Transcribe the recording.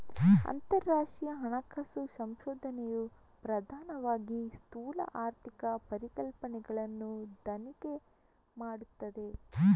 ಅಂತರರಾಷ್ಟ್ರೀಯ ಹಣಕಾಸು ಸಂಶೋಧನೆಯು ಪ್ರಧಾನವಾಗಿ ಸ್ಥೂಲ ಆರ್ಥಿಕ ಪರಿಕಲ್ಪನೆಗಳನ್ನು ತನಿಖೆ ಮಾಡುತ್ತದೆ